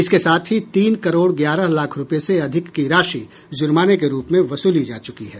इसके साथ ही तीन करोड़ ग्यारह लाख रुपये से अधिक की राशि जूर्माने के रूप में वसूली जा चुकी है